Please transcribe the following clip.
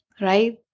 right